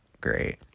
great